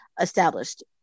established